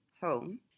home